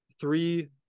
three